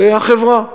זה החברה.